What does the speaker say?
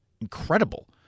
incredible